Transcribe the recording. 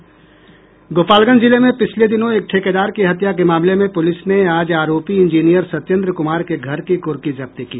गोपालगंज जिले में पिछले दिनों एक ठेकेदार की हत्या के मामले में पुलिस ने आज आरोपी इंजीनियर सत्येन्द्र कुमार के घर की कुर्की जब्ती की